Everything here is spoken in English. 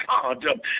God